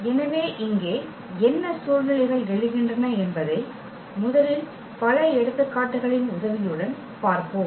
எனவே இங்கே என்ன சூழ்நிலைகள் எழுகின்றன என்பதை முதலில் பல எடுத்துக்காட்டுகளின் உதவியுடன் பார்ப்போம்